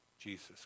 Jesus